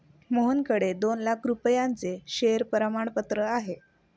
मोहनकडे दोन लाख रुपयांचे शेअर प्रमाणपत्र आहे